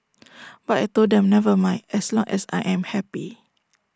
but I Told them never mind as long as I am happy